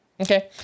Okay